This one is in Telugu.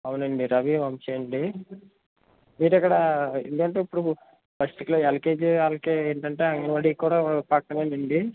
అవునండి రవి వంశీ అండి మీరు ఇక్కడ ఎందుకంటే ఇప్పుడు ఫస్ట్ క్లా ఎల్కేజి వాళ్ళకి ఏంటంటే ఆంగన్వాడీ కూడా పక్కనే ఉందండి